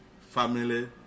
family